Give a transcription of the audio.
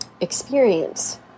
experience